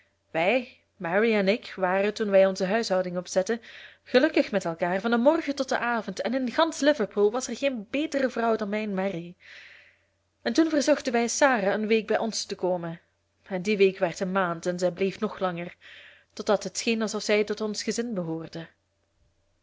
wij mary en ik waren toen wij onze huishouding opzetten gelukkig met elkaar van den morgen tot den avond en in gansch liverpool was er geen betere vrouw dan mijn mary en toen verzochten wij sarah een week bij ons te komen en die week werd een maand en zij bleef nog langer totdat het scheen alsof zij tot ons gezin behoorde